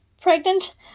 pregnant